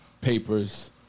papers